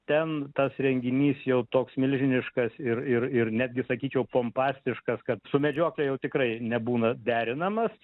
ten tas renginys jau toks milžiniškas ir ir ir netgi sakyčiau pompastiškas kad su medžiokle jau tikrai nebūna derinamas